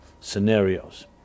scenarios